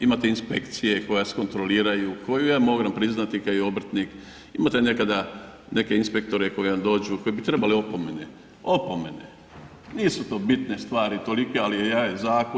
Imate inspekcije koja vas kontrolira, koju ja moram priznati kao obrtnik imate nekada neke inspektore koji vam dođu koji bi trebali opomene, opomene nisu to bitne stvari tolike, ali to je zakon.